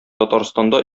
татарстанда